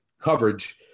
coverage